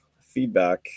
feedback